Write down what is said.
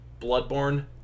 Bloodborne